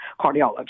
cardiologist